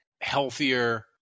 healthier